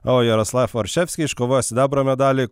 o jaroslav orševski iškovojo sidabro medalį